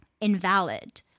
invalid